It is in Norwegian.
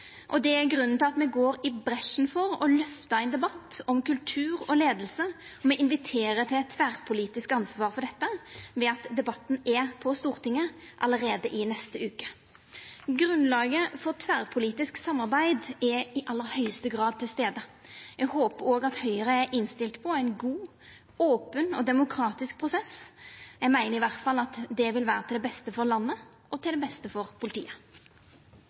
Det er grunnen til at me går i bresjen for å løfta ein debatt om kultur og leiarskap. Me inviterer til eit tverrpolitisk ansvar for dette, ved at debatten er på Stortinget allereie i neste uke. Grunnlaget for tverrpolitisk samarbeid er i aller høgste grad til stades. Eg håpar òg at Høgre er innstilt på ein god, open og demokratisk prosess. Eg meiner iallfall at det vil vera til det beste for landet og til det beste for politiet.